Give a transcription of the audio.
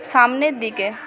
সামনের দিকে